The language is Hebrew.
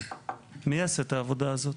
מי יעשה את העבודה הזאת?